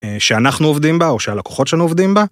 שאנחנו עובדים בה או שהלקוחות שלנו עובדים בה.